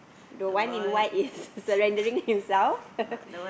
the one in white is surrendering himself